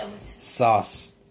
sauce